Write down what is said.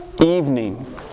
evening